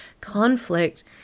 conflict